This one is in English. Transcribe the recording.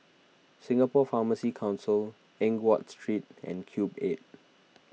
Singapore Pharmacy Council Eng Watt Street and Cube eight